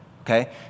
okay